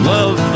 Love